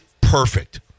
perfect